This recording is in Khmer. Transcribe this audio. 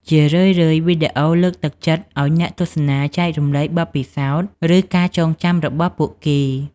ជារឿយៗវីដេអូលើកទឹកចិត្តឱ្យអ្នកទស្សនាចែករំលែកបទពិសោធន៍ ឬការចងចាំរបស់ពួកគេ។